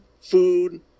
food